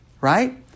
right